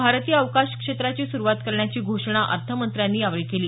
भारतीय अवकाश क्षेत्राची सुरुवात करण्याची घोषणा अर्थमंत्र्यांनी यावेळी केली